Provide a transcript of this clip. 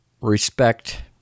respect